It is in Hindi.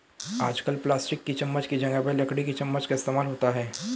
आजकल प्लास्टिक की चमच्च की जगह पर लकड़ी की चमच्च का इस्तेमाल होता है